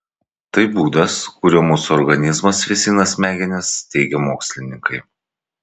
tai būdas kuriuo mūsų organizmas vėsina smegenis teigia mokslininkai